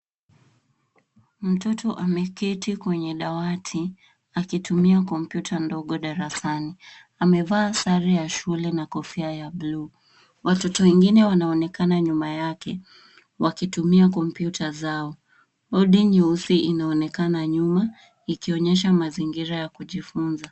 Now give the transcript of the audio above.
Mtoto ameketi kwenye dawati akitumia kompyuta ndogo darasani. Amevaa sare ya shule na kofia ya buluu. Watoto wengine wanaonekana nyuma yake wakitumia kompyuta zao. Bodi nyeusi inaonekana nyuma ikionyesha mazingira ya kujifunza.